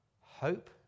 Hope